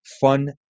Fun